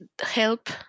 help